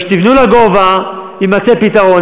וכשתבנו לגובה יימצא פתרון.